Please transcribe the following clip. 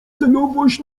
celowość